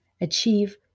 achieve